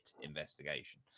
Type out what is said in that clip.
investigation